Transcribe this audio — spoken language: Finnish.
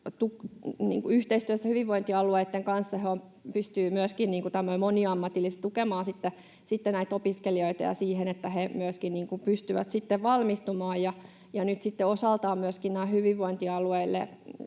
yhteistyössä hyvinvointialueitten kanssa moniammatillisesti tukemaan näitä opiskelijoita niin, että he myöskin pystyvät valmistumaan. Nyt sitten osaltaan